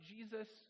Jesus